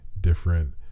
different